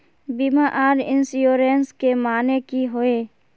बीमा आर इंश्योरेंस के माने की होय?